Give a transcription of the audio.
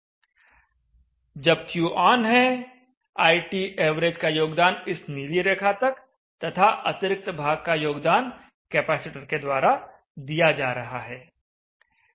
जब Q on है ITav का योगदान इस नीली रेखा तक तथा अतिरिक्त भाग का योगदान कैपेसिटर के द्वारा दिया जा रहा है